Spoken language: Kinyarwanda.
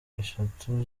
esheshatu